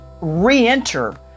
re-enter